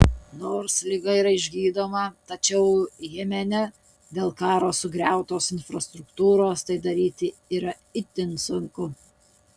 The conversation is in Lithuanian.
nors liga yra išgydoma tačiau jemene dėl karo sugriautos infrastruktūros tai daryti yra itin sunku